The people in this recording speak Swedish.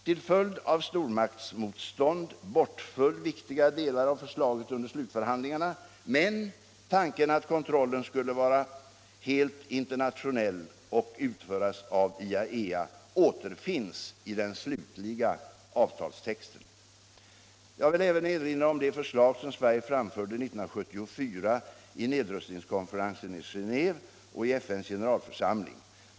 Till följd av stormaktsmotstånd bortföll viktiga delar av förslaget under slutförhandlingarna, men tanken att kontrollen skulle vara helt internationell och utföras av IAEA återfinns i den slutliga avtalstexten. Jag vill även erinra om det förslag som Sverige framförde 1974 i nedrustningskonferensen i Genéve och i FN:s generalförsamling.